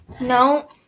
No